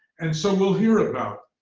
and so we'll hear about,